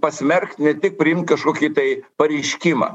pasmerkt ne tik priimt kažkokį tai pareiškimą